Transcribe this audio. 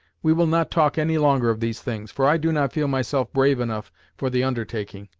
we will not talk any longer of these things, for i do not feel myself brave enough for the undertaking,